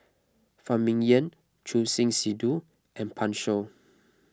Phan Ming Yen Choor Singh Sidhu and Pan Shou